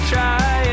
Try